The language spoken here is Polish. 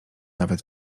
nawet